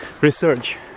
research